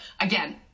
again